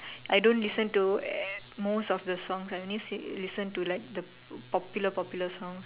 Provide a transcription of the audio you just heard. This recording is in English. I don't listen to most of the songs I only listen to the popular popular songs